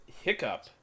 Hiccup